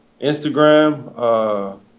Instagram